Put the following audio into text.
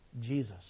Jesus